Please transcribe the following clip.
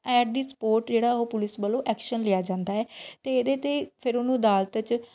at the spot ਜਿਹੜਾ ਉਹ police ਵੱਲੋਂ ਐਕਸ਼ਨ ਲਿਆ ਜਾਂਦਾ ਹੈ ਅਤੇ ਇਹਦੇ 'ਤੇ ਫਿਰ ਉਹਨੂੰ ਅਦਾਲਤ ਚ'